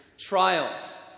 Trials